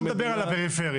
בוא נדבר על הפריפריה.